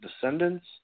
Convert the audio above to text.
Descendants